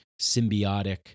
symbiotic